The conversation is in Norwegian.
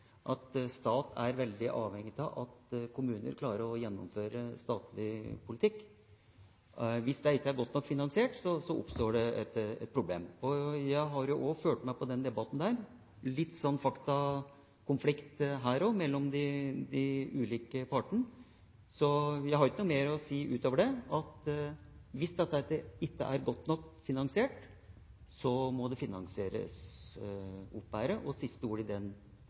livet, staten – jf. innlegget mitt – er veldig avhengig av at kommuner klarer å gjennomføre statlig politikk. Hvis det ikke er godt nok finansiert, oppstår det et problem. Jeg har også fulgt med på den debatten. Det er litt faktakonflikt her også mellom de ulike partene, så jeg har ikke noe mer å si utover at hvis dette ikke er godt nok finansiert, må det finansieres bedre. Siste ord i den